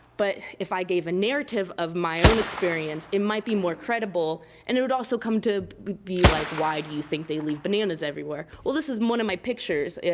but if i gave a narrative of my own experience it might be more credible and it would also come to be, like, why do you think they leave bananas everywhere? well, this is one of my pictures.